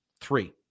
three